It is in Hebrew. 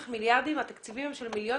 התקציבים הם מיליונים